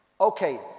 Okay